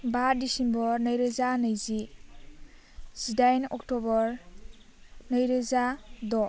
बा दिसेम्बर नैरोजा नैजि जिदाइन अक्ट'बर नैरोजा द'